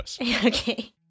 Okay